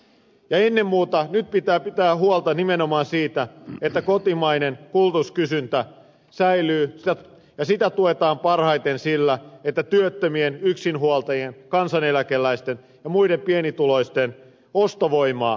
ennen muuta nyt pitää pitää huolta nimenomaan siitä että kotimainen kulutuskysyntä säilyy ja sitä tuetaan parhaiten sillä että työttömien yksinhuoltajien kansaneläkeläisten ja muiden pienituloisten ostovoimaa kasvatetaan